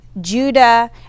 Judah